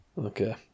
Okay